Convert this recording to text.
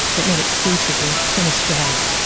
but not exclusively, from australia.